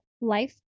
life